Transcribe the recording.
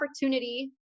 opportunity